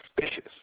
suspicious